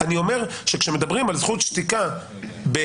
אני אומר שכאשר מדברים על זכות שתיקה בעולם,